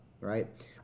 right